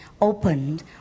opened